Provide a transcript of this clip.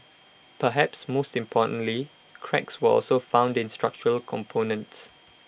perhaps most importantly cracks were also found in structural components